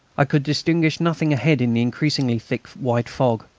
i could distinguish nothing ahead in the increasingly thick white fog.